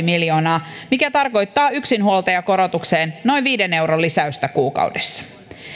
miljoonaa mikä tarkoittaa yksinhuoltajakorotukseen noin viiden euron lisäystä kuukaudessa